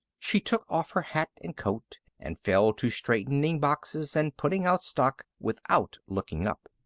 she took off her hat and coat and fell to straightening boxes and putting out stock without looking up.